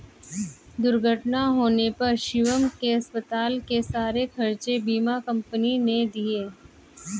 दुर्घटना होने पर शिवम के अस्पताल के सारे खर्चे बीमा कंपनी ने दिए